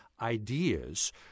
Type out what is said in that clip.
ideas